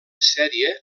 sèrie